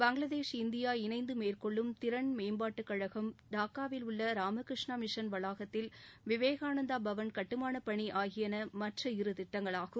Bangladesh India இணைந்து மேற்கொள்ளும் திறன் மேம்பாட்டு பயிற்சி கழகம் டாக்காவில் உள்ள ராமகிருஷ்ணா மிஷன் வளாகத்தில் விவேகானந்தா பவன் கட்டுமானப் பணி ஆகியன மற்ற இரு திட்டங்களாகும்